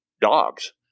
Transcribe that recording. dogs